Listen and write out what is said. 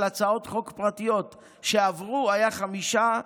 אין בעיה,